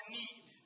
need